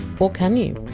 or can you?